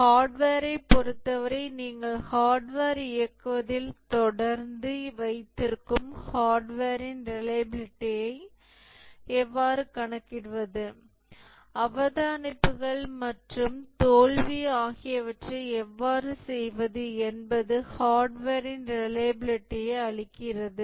ஹார்ட்வேரை பொறுத்தவரை நீங்கள் ஹார்ட்வேர் இயக்குவதில் தொடர்ந்து வைத்திருக்கும் ஹார்ட்வேரின் ரிலையபிலிடியை எவ்வாறு கணக்கிடுவது அவதானிப்புகள் மற்றும் தோல்வி ஆகியவற்றை எவ்வாறு செய்வது என்பது ஹார்ட்வேர்ன் ரிலையபிலிடியை அளிக்கிறது